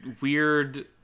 weird